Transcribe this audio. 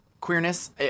queerness